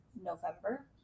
November